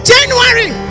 January